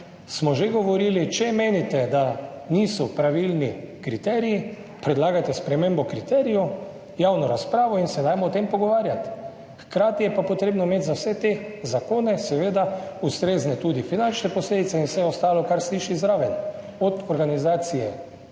Smo že govorili, če menite, da niso pravilni kriteriji, predlagajte spremembo kriterijev, javno razpravo in se dajmo o tem pogovarjati. Hkrati je pa potrebno imeti za vse te zakone seveda tudi ustrezne finančne posledice in vse ostalo, kar sliši zraven, od organizacije